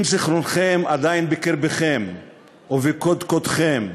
אם זיכרונכם עדיין בקרבכם ובקודקודכם,